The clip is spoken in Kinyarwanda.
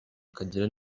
akagira